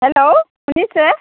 hello শুনিছে